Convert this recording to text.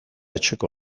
etxeko